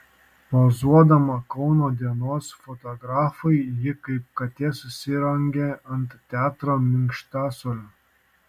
pozuodama kauno dienos fotografui ji kaip katė susirangė ant teatro minkštasuolio